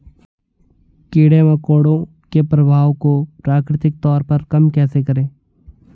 कीड़े मकोड़ों के प्रभाव को प्राकृतिक तौर पर कम कैसे करें?